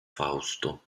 fausto